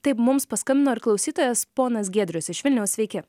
taip mums paskambino ir klausytojas ponas giedrius iš vilniaus sveiki